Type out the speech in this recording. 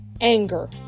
anger